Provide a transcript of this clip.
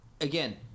again